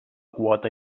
quota